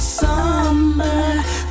summer